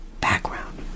background